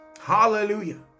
Hallelujah